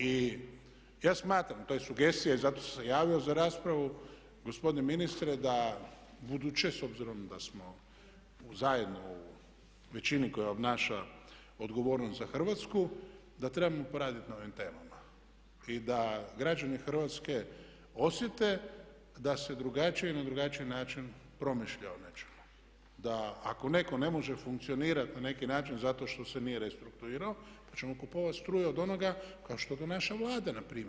I ja smatram, to je sugestija i zato sam se javio za raspravu, gospodine ministre da u buduće, s obzirom da smo zajedno u većini koja obnaša odgovornost za Hrvatsku, da trebamo poraditi na ovim temama i da građani Hrvatske osjete da se drugačije, na drugačiji način promišlja o nečemu, da ako netko ne može funkcionirati na neki način zato što se nije restrukturirao pa ćemo kupovati struju od onoga kao što to naša Vlada na primjer.